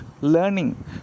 learning